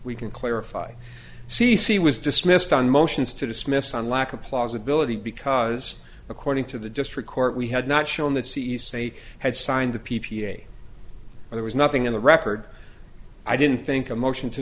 we can clarify c c was dismissed on motions to dismiss on lack of plausibility because according to the district court we had not shown that c e state had signed the p p a there was nothing in the record i didn't think a motion to